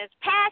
passed